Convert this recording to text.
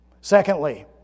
Secondly